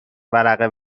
ورقه